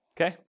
Okay